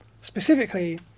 Specifically